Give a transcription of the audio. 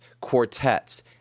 quartets